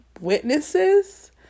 Witnesses